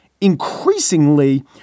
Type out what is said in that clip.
Increasingly